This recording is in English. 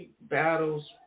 battles